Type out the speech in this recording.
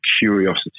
curiosity